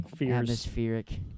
Atmospheric